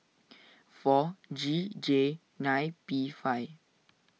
four G J nine P five